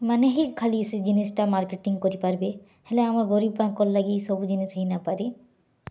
ମାନେହି ଖାଲି ସେ ଜିନିଷ୍ଟା ମାର୍କେଟିଙ୍ଗ କରିପାରବେ ହେଲେ ଆମର୍ ଗରୀବ୍ ପାଇଁ ସବୁ ଜିନିଷ୍ ନାଇଁ ହେଇ ପାରି